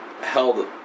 Held